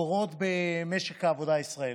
קורות במשק העבודה הישראלי.